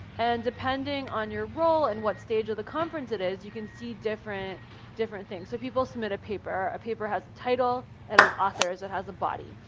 and depending on your role and what stage of the conference it is, you can see different different things. if people submit a paper, a paper has a title, it has authors, it has a body.